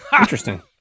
Interesting